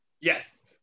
Yes